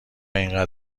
اینقدر